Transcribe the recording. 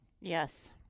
Yes